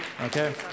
okay